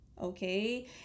okay